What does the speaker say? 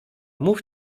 mów